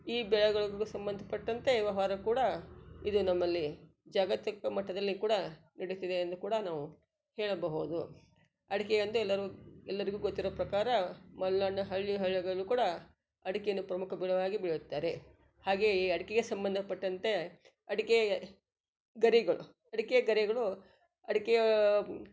ಈ ಬೆಳೆಗಳಿಗ್ ಸಂಬಂಧಪಟ್ಟಂತೆ ವ್ಯವಹಾರ ಕೂಡ ಇದೆ ನಮ್ಮಲ್ಲಿ ಜಾಗತಿಕ ಮಟ್ಟದಲ್ಲಿ ಕೂಡ ನಡೀತಿದೆ ಎಂದು ಕೂಡ ನಾವು ಹೇಳಬಹುದು ಅಡಿಕೆ ಅಂತೂ ಎಲ್ಲರೂ ಎಲ್ಲರಿಗೂ ಗೊತ್ತಿರೋ ಪ್ರಕಾರ ಮಲೆನಾಡ್ನ ಹಳ್ಳಿ ಹಳ್ಳಿಗಳಲ್ಲ್ ಕೂಡ ಅಡಿಕೆಯನ್ನು ಪ್ರಮುಖ ಬೆಳೆಯಾಗಿ ಬೆಳೆಯುತ್ತಾರೆ ಹಾಗೆಯೇ ಈ ಅಡಿಕೆಗೆ ಸಂಬಂಧಪಟ್ಟಂತೆ ಅಡಿಕೆ ಗರಿಗಳು ಅಡಿಕೆ ಗರಿಗಳು ಅಡಿಕೆಯ